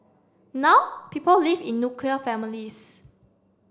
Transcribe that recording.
now people live in nuclear families